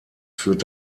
führt